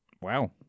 wow